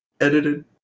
edited